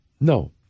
no